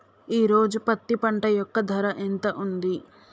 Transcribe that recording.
ఈ రోజు పత్తి పంట యొక్క ధర ఎంత ఉంది?